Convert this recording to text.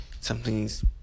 something's